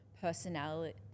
personality